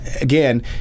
Again